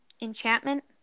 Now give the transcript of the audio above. Enchantment